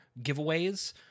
giveaways